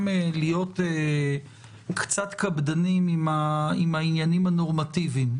להיות קצת קפדניים עם העניינים הנורמטיביים,